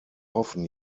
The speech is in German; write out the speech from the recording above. hoffen